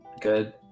good